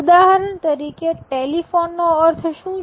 ઉદાહરણ તરીકે ટેલિફોન નો અર્થ શું છે